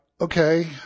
okay